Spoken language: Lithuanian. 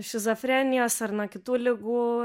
šizofrenijos ar nuo kitų ligų